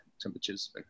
temperatures